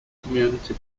community